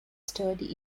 sturdy